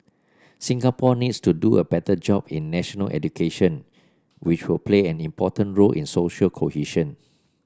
Singapore needs to do a better job in national education which will play an important role in social cohesion